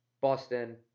Boston